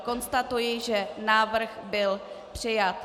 Konstatuji, že návrh byl přijat.